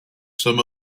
some